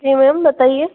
जी ma'am बताइए